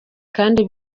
kandi